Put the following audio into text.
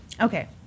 Okay